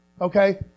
okay